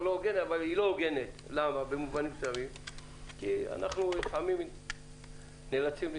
מסוימים היא לא הוגנת משום שאנחנו נאלצים לעיתים